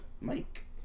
Mike